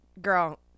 Girl